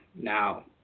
now